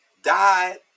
died